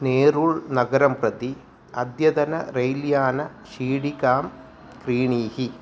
नेरुळ् नगरं प्रति अद्यतनरैल्यानचीटिकां क्रीणीहि